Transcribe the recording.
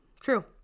true